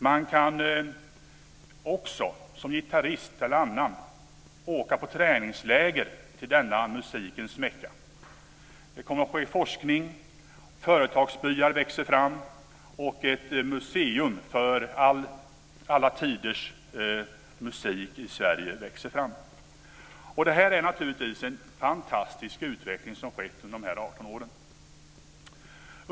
Man kan också som t.ex. gitarrist åka på träningsläger till detta musikens Mecka. Forskning kommer att ske, företagsbyar kommer att växa fram och det kommer att bli ett museum för hur alla tiders musik växer fram i Sverige. Det är naturligtvis en fantastisk utveckling som har skett under dessa 18 år.